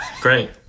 great